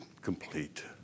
complete